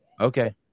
okay